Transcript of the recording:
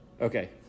Okay